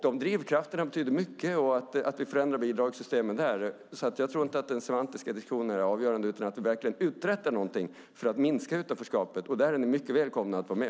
De drivkrafterna och att vi förändrar bidragssystemen betyder mycket. Jag tror inte att den semantiska diskussionen är avgörande utan att vi verkligen uträttar någonting för att minska utanförskapet. Där är ni mycket välkomna att vara med.